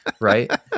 right